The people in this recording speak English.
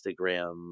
Instagram